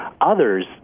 Others